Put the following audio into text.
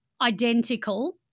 identical